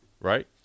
Right